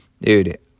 dude